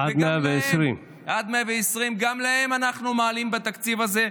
עד 120. עד 120. גם להם אנחנו מעלים בתקציב הזה,